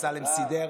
אמסלם סידר.